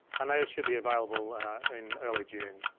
and those should be available in early june.